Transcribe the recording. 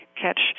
catch